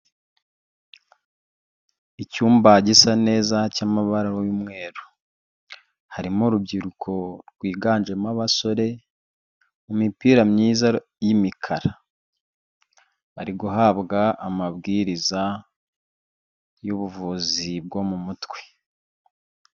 Icyumba gisa neza cy'amabara y'umweru, harimo urubyiruko rwiganjemo abasore, mu mipira myiza y'imikara, bari guhabwa amabwiriza y'ubuvuzi bwo mu mutwe.